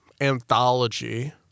anthology